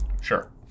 Sure